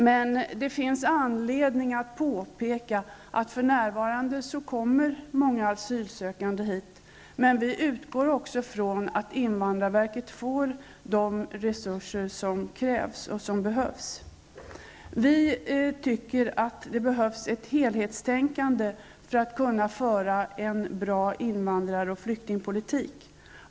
Men det finns anledning att påpeka att många asylsökande för närvarande kommer till Sverige. Men vi utgår också från att invandrarverket får de resurser som krävs och behövs. Vi anser att det behövs ett helhetstänkande för att man skall kunna för en bra invandrar och flyktingpolitik.